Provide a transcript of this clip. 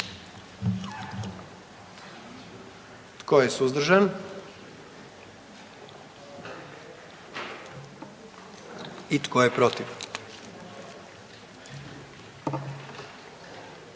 Tko je suzdržan? I tko je protiv?